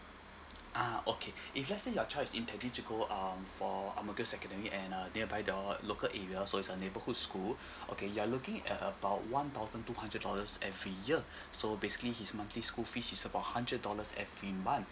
ah okay if let's say your child is intending to go um for and mo kio secondary and uh nearby the local area so it's a neighborhood school okay you are looking at about one thousand two hundred dollars every year so basically his monthly school fee is about hundred dollars every month